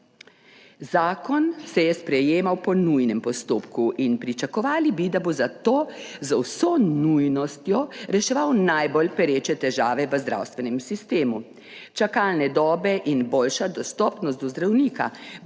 Zakon se je sprejemal po nujnem postopku in pričakovali bi, da bo zato z vso nujnostjo reševal najbolj pereče težave v zdravstvenem sistemu. Čakalne dobe in boljša dostopnost do zdravnika,